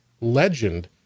Legend